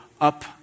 up